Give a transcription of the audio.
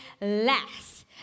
less